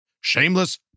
Shameless